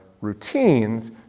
routines